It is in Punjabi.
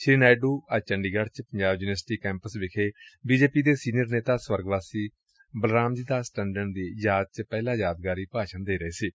ਸ੍ਰੀ ਨਾਇਡੁ ਅੱਜ ਚੰਡੀਗੜ ਚ ਪੰਜਾਬ ਯੁਨੀਵਰਸਿਟੀ ਕੈਂਪਸ ਚ ਬੀ ਜੇ ਪੀ ਦੇ ਸੀਨੀਅਰ ਨੇਤਾ ਸਵਰਗਵਾਸੀ ਬਲਰਾਮ ਜੀ ਦਾਸ ਟੰਡਨ ਦੀ ਯਾਦ ਚ ਪਹਿਲਾ ਯਾਦਗਾਰੀ ਭਾਸ਼ਣ ਦੇ ਰਹੇ ਸਨ